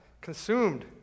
consumed